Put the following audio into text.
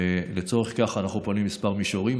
ולצורך זה אנחנו פונים לכמה מישורים.